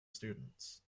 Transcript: students